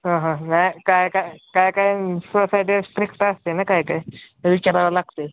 हा हा नाही काय काय काय काय सोसायटी स्ट्रिक्ट असते ना काय काय विचारावं लागतं